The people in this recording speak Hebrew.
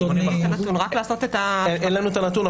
80%. אין לנו הנתון,